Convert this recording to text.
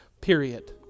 Period